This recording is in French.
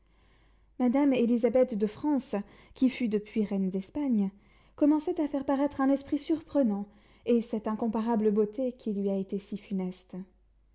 madame élisabeth de france qui fut depuis reine d'espagne commençait à faire paraître un esprit surprenant et cette incomparable beauté qui lui a été si funeste